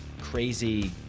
crazy